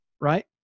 right